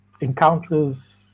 encounters